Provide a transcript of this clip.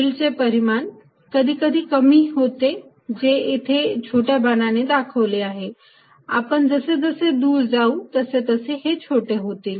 field चे परिमाण कधीकधी कमी होते जे इथे छोटा बाणाने दाखवले आहे आपण जसजसे दूर जाऊ तसे तसे हे छोटे होतील